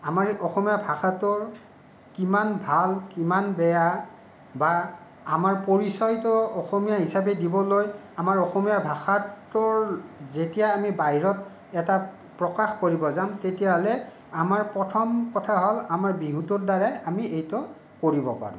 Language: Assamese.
আমাৰ অসমীয়া ভাষাটোৰ কিমান ভাল কিমান বেয়া বা আমাৰ পৰিচয়টো অসমীয়া হিচাবে দিবলৈ আমাৰ অসমীয়া ভাষাটোৰ যেতিয়া আমি বাহিৰত এটা প্ৰকাশ কৰিব যাম তেতিয়াহ'লে আমাৰ প্ৰথম কথা হ'ল আমাৰ বিহুটোৰ দ্বাৰাই আমি এইটো কৰিব পাৰোঁ